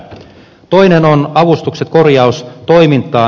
toinen on avustukset korjaustoimintaan